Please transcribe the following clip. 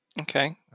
Okay